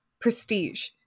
prestige